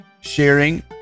sharing